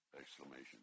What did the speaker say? exclamation